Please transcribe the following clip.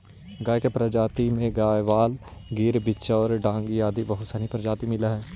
गाय के प्रजाति में गयवाल, गिर, बिच्चौर, डांगी आदि बहुत सनी प्रजाति मिलऽ हइ